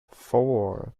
four